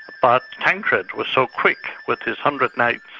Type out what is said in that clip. but tancred was so quick with his hundred knights,